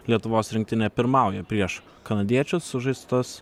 lietuvos rinktinė pirmauja prieš kanadiečius sužaistos